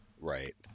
right